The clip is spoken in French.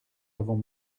avons